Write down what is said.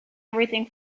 everything